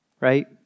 Right